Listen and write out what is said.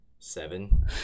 Seven